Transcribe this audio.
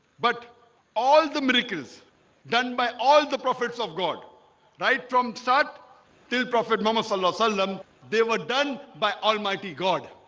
but all the miracles done by all the prophets of god right from shot till prophet mohammed salah solemn they were done by almighty god